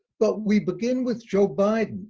but we begin with joe biden.